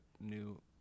new